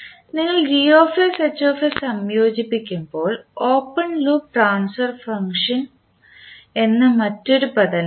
നിങ്ങൾ സംയോജിപ്പിക്കുമ്പോൾ open loop transfer function എന്ന മറ്റൊരു പദം ലഭിക്കും